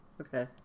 Okay